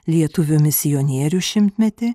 lietuvių misionierių šimtmetį